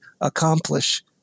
accomplish